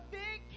big